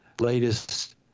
latest